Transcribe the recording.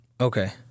Okay